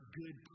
good